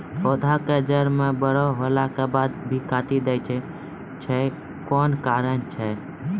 पौधा के जड़ म बड़ो होला के बाद भी काटी दै छै कोन कारण छै?